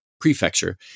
Prefecture